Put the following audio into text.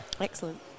Excellent